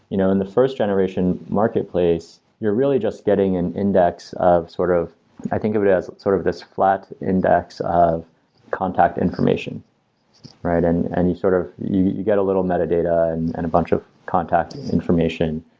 you know in the first generation marketplace you're really just getting an index of sort of i think of it as sort of this flat index of contact information and and you sort of you got a little metadata and and a bunch of contact information.